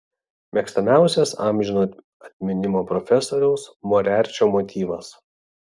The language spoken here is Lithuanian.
mėgstamiausias amžino atminimo profesoriaus moriarčio motyvas